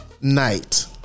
night